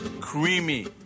Creamy